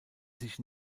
sich